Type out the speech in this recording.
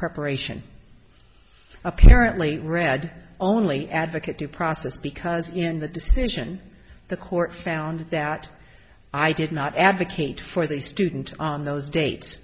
preparation apparently read only advocate due process because in the decision the court found that i did not advocate for the student on those dates